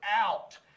out